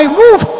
move